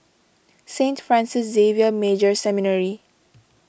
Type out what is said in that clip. Saint Francis Xavier Major Seminary